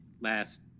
last